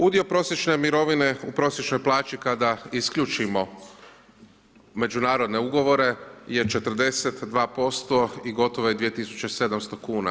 Udio prosječne mirovine u prosječnoj plaći kada isključimo međunarodne ugovore je 42% i gotovo je 2700 kuna.